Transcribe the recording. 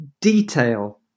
detail